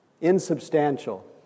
Insubstantial